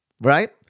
Right